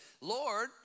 Lord